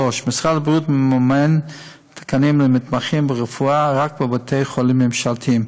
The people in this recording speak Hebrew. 3. משרד הבריאות מממן תקנים למתמחים ברפואה רק בבתי-חולים ממשלתיים.